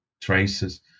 traces